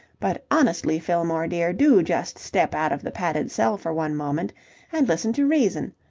but, honestly, fillmore, dear, do just step out of the padded cell for one moment and listen to reason.